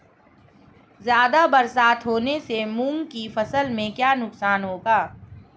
ज़्यादा बरसात होने से मूंग की फसल में क्या नुकसान होगा?